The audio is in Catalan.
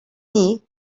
dir